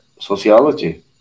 sociology